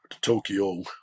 Tokyo